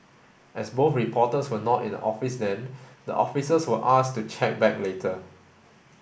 as both reporters were not in the office then the officers were asked to check back later